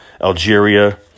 Algeria